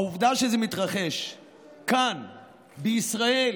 העובדה שזה מתרחש כאן, בישראל,